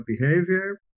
behavior